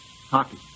hockey